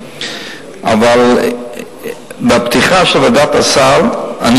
אבל בפתיחה של דיוני ועדת הסל אני